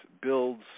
builds